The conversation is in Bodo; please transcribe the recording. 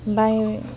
बाय